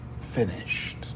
finished